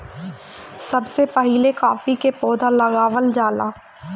सबसे पहिले काफी के पौधा लगावल जाला